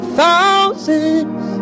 thousands